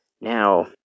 Now